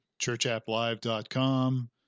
churchapplive.com